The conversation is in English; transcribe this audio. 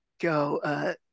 go